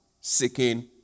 seeking